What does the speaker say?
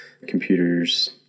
computers